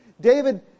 David